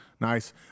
Nice